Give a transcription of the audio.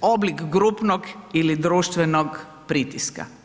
oblik grupnog ili društvenog pritiska.